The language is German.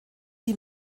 die